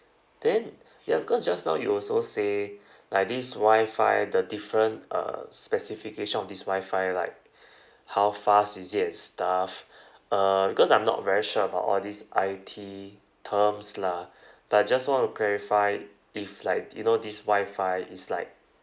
then ya because just now you also say like this wi-fi the different uh specification of this wi-fi like how fast is it and stuff uh because I'm not very sure about all these I_T terms lah but I just want to clarify if like you know this wi-fi is like